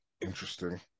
Interesting